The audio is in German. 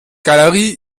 galerie